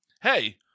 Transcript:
Hey